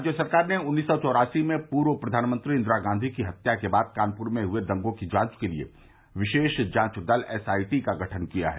राज्य सरकार ने उन्नीस सौ चौरासी में पूर्व प्रधानमंत्री इंदिरा गांधी की हत्या के बाद कानपुर में हुए दंगों की जांच के लिए विशेष जांच दल एसआईटी का गठन किया है